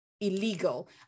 illegal